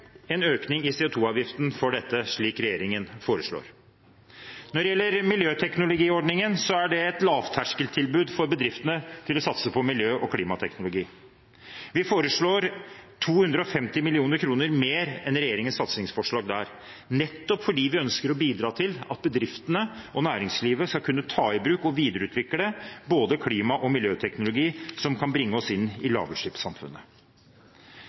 en økning i CO 2 -avgiften for dette, slik regjeringen foreslår. Når det gjelder miljøteknologiordningen, er det et lavterskeltilbud for bedriftene til å satse på miljø- og klimateknologi. Vi foreslår 250 mill. kr mer enn regjeringens satsingsforslag der, nettopp fordi vi ønsker å bidra til at bedriftene og næringslivet skal kunne ta i bruk og videreutvikle både klima- og miljøteknologi som kan bringe oss inn i lavutslippssamfunnet.